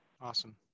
Awesome